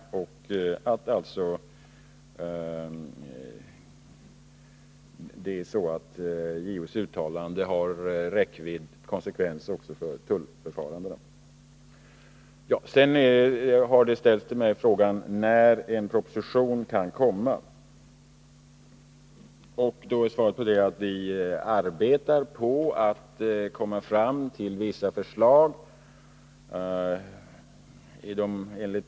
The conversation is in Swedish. JO:s uttalande har alltså konsekvens också för tullförfarandena. åtgärder mot narkotikasmuggling Det har ställts en fråga till mig när en proposition kan komma. Svaret är att vi arbetar med att komma fram till vissa förslag.